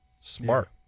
smart